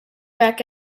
back